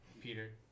Peter